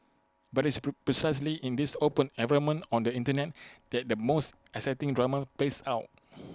but IT is pre precisely in this open environment on the Internet that the most exciting drama plays out